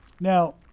Now